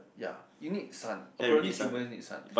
ya you need sun apparently humans need sun